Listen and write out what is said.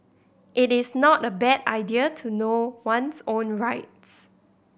it is not a bad idea to know one's own rights